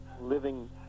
living